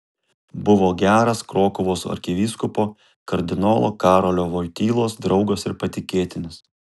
buvo geras krokuvos arkivyskupo kardinolo karolio vojtylos draugas ir patikėtinis